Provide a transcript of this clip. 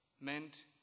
meant